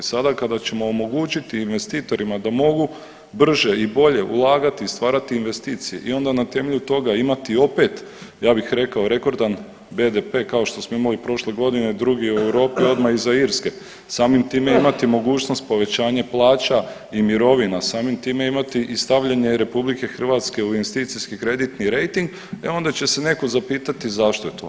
Sada kada ćemo omogućiti investitorima da mogu brže i bolje ulagati i stvarati investicije i onda na temelju toga imati opet, ja bih rekao rekordan BDP kao što smo imali prošle godine drugi u Europi odmah iza Irske, samim time imati mogućnost povećanja plaća i mirovina, samim time imati i stavljanje RH u investicijski kreditni rejting, e onda će se neko zapitati zašto je to.